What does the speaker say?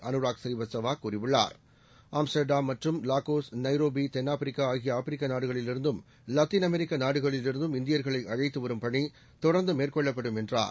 அனுராக் ஸ்ரீவத்சவாகூறியுள்ளார் ஆம்ஸ்டர்டாம் மற்றும் லாகோஸ் நைரோபிதென் ஆப்பிரிக்காஆகியஆப்ரிக்கநாடுகளிலிருந்தும் லத்தீன் அமெரிக்கநாடுகளிலிருந்தும் இந்தியர்களைஅழைத்துவரும் பணிதொடர்ந்துமேற்கொள்ளப்படும் என்றார்